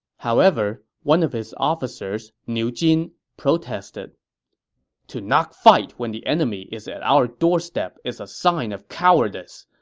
however, one of his officers, niu jin, protested to not fight when the enemy is at our doorstep is a sign of cowardice.